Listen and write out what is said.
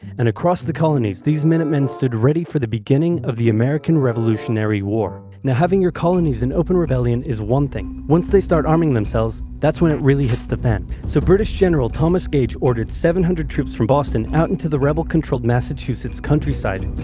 and across the colonies, these minutemen stood ready for the beginning of the american revolutionary war. now having your colonies in open rebellion is one thing. once they start arming themselves, that's when it really hits the fan. so british general thomas gage ordered seven hundred troops from boston out into the rebel controlled massachusetts countryside,